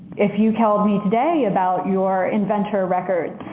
if you tell me today about your inventor records,